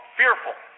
fearful